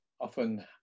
often